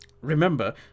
Remember